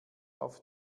auf